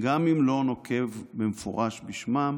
גם אם לא נוקב במפורש בשמם,